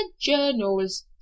journals